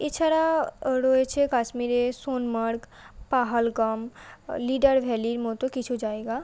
এছাড়া রয়েছে কাশ্মীরে সোনমার্গ পেহেলগাম লিডার ভ্যালির মতো কিছু জায়গা